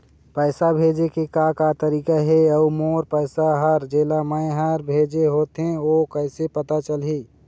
पैसा भेजे के का का तरीका हे अऊ मोर पैसा हर जेला मैं हर भेजे होथे ओ कैसे पता चलही?